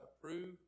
approve